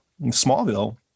Smallville